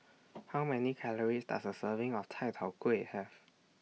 How Many Calories Does A Serving of Chai Tow Kway Have